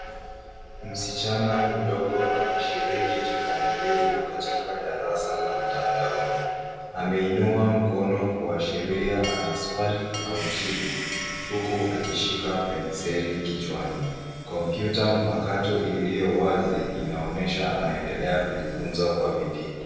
Msichana mdogo anashiriki kikamilifu katika darasa la mtandaoni. Ameinua mkono kuashiria ana swali au jibu, huku akishika penseli kichwaani. Kompyuta mpakato iliyo wazi inaonyesha anaendelea kujifunza kwa bidii.